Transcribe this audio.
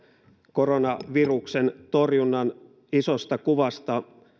koronaviruksen torjunnan isosta kuvasta